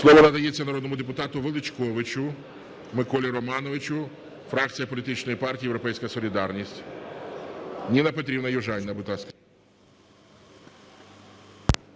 Слово надається народному депутату Величковичу Миколі Романовичу, фракція політичної партії "Європейська солідарність". Ніна Петрівна Южаніна, будь ласка.